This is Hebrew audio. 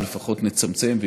או לפחות נצמצם,